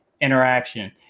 interaction